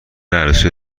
عروسی